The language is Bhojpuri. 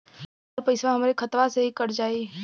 अउर पइसवा हमरा खतवे से ही कट जाई?